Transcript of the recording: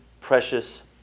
precious